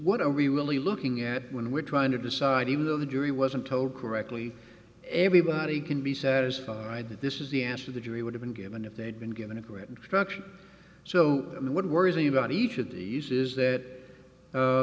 what are we really looking at when we're trying to decide even though the jury wasn't told correctly everybody can be satisfied that this is the answer the jury would have been given if they'd been given a great introduction so i mean what worries me about each of these is that